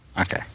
Okay